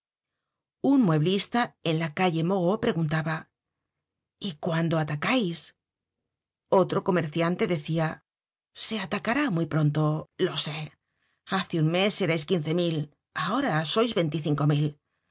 un mueblista de la calle moreau preguntaba y cuando atacais otro comerciante decia se atacará muy pronto lo sé hace un mes érais quince mil ahora sois veinticinco mil